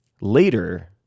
later